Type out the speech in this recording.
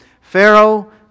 Pharaoh